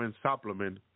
supplement